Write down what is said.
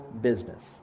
business